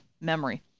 memory